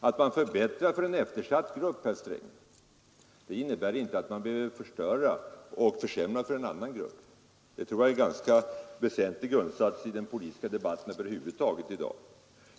Att man förbättrar för en eftersatt grupp, herr Sträng, innebär inte att man behöver förstöra och försämra för en annan grupp. Det tror jag är en ganska väsentlig grundsats i den politiska debatten över huvud taget i dag.